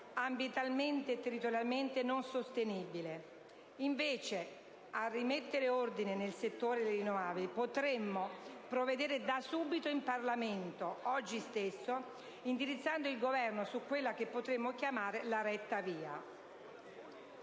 ambientalmente e territorialmente non sostenibile. Invece, a rimettere ordine nel settore delle rinnovabili potremo provvedere da subito in Parlamento, oggi stesso, indirizzando il Governo su quella che potremmo chiamare la retta via.